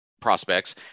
prospects